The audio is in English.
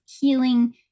healing